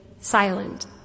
silent